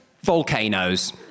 volcanoes